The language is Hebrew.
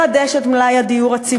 לחדש את מלאי הדיור הציבורי,